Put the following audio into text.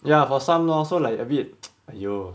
ya for some lor so like a bit !aiyo!